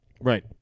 Right